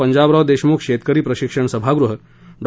पंजाबराव देशमुख शेतकरी प्रशिक्षण सभागृह डॉ